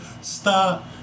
stop